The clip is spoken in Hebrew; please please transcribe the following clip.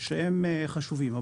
שהם חשובים.